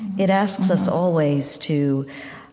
it asks us always to